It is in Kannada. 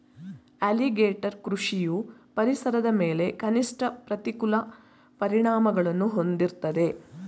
ಅಲಿಗೇಟರ್ ಕೃಷಿಯು ಪರಿಸರದ ಮೇಲೆ ಕನಿಷ್ಠ ಪ್ರತಿಕೂಲ ಪರಿಣಾಮಗಳನ್ನು ಹೊಂದಿರ್ತದೆ